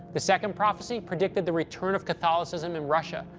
the second prophecy predicted the return of catholicism in russia.